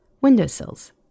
windowsills